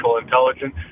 intelligence